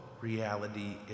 reality